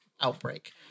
outbreak